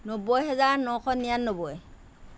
নব্বৈ হাজাৰ নশ নিৰান্নব্বৈ